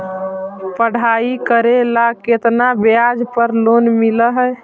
पढाई करेला केतना ब्याज पर लोन मिल हइ?